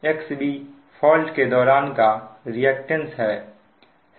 XB fault के दौरान का रिएक्टेंस है